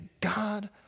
God